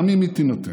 גם אם היא תינתן,